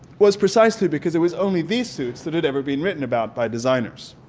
was precisely because it was only these suits that had ever been written about by designers.